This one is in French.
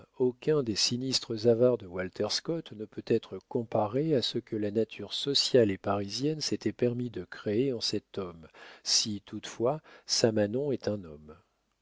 aucun des sinistres avares de walter scott ne peut être comparé à ce que la nature sociale et parisienne s'était permis de créer en cet homme si toutefois samanon est un homme